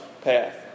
path